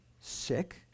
Sick